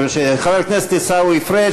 שאלה נוספת לחבר הכנסת עיסאווי פריג'.